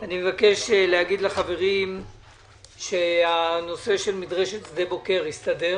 אני מבקש לומר לחברים שהנושא של מדרשת שדה בוקר הסתדר